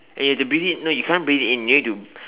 and you have to breathe it no you can't breathe it in you need to